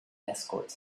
escorts